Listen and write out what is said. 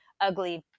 ugly